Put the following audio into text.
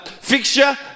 fixture